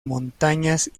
montañas